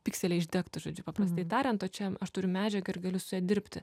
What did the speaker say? pikseliai išdegtų žodžiu paprastai tariant o čia aš turiu medžiagą ir galiu su ja dirbti